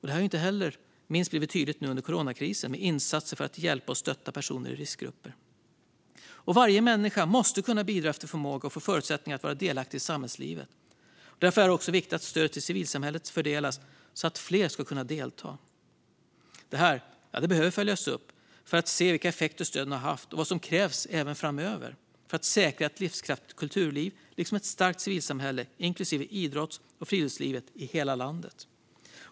Det har blivit tydligt inte minst under coronakrisen med insatser för att hjälpa och stötta personer i riskgrupper. Varje människa måste kunna bidra efter förmåga och få förutsättningar att vara delaktig i samhällslivet. Därför är det viktigt att stödet till civilsamhället fördelas så att fler kan delta. Detta behöver följas upp för att man ska se vilka effekter som stöden har haft och vad som krävs även framöver för att säkra ett livskraftigt kulturliv och ett starkt civilsamhälle inklusive idrotts och friluftslivet i hela landet.